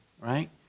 right